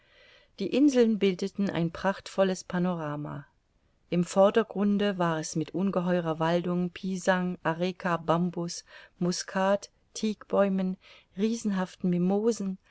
die inseln bildeten ein prachtvolles panorama im vordergrunde war es mit ungeheurer waldung pisang areka bambus muskat thekbäumen riesenhaften mimosen